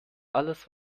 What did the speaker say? alles